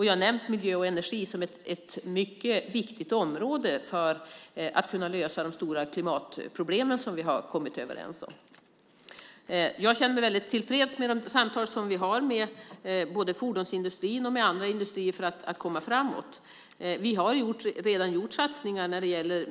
Jag har nämnt miljö och energi som ett mycket viktigt område för att kunna lösa de stora klimatproblemen, något som vi kommit överens om. Jag känner mig väldigt tillfreds med de samtal som vi har med både fordonsindustrin och andra industrier för att komma framåt. Vi har redan gjort satsningar på miljösidan.